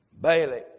Bailey